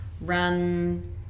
run